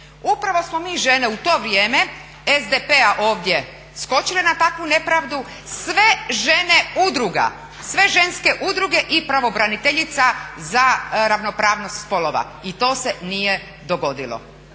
Upravo smo mi žene u to vrijeme SDP-a ovdje skočile na takvu nepravdu, sve žene udruga, sve ženske udruge i pravobraniteljica za ravnopravnost spolova i to se nije dogodilo.